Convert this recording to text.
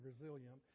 resilient